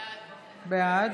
בעד